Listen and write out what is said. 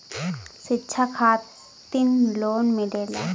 शिक्षा खातिन लोन मिलेला?